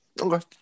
Okay